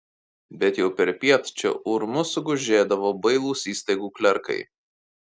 bet jau perpiet čia urmu sugužėdavo bailūs įstaigų klerkai